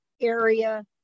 area